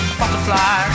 butterfly